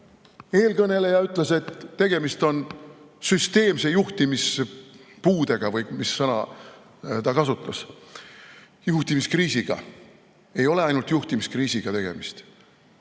agoonia. Eelkõneleja ütles, et tegemist on süsteemse juhtimispuudega – või mis sõna ta kasutas? –, juhtimiskriisiga. Ei ole ainult juhtimiskriisiga tegemist.